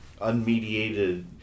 unmediated